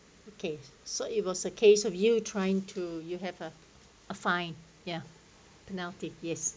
okay so it was a case of you trying to you have a a fine ya penalty yes